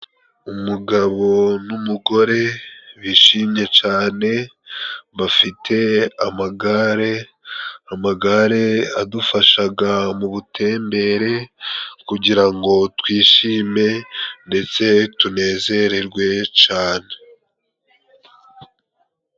Umugabo n'umugore, bishimye cane, bafite amagare. Amagare, adufashaga mu butembere, kugira ngo twishime, ndetse tunezererwe cane.